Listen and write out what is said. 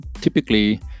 typically